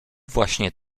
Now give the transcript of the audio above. właśnie